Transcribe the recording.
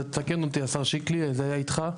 תקן אותי השר שיקלי, זה היה איתך.